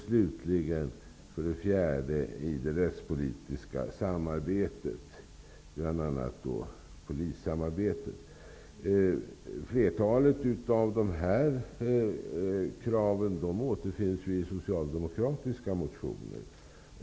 Slutligen gäller det för det fjärde det rättspolitiska samarbetet, bl.a. Flertalet av dessa krav återfinns i socialdemokratiska motioner.